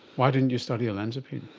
why didn't you study olanzapine?